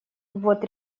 вот